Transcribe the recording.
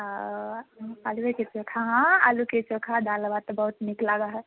ओ आलुए के चोखा हँ आलू के चोखा दालि भात बहुत नीक लागऽ है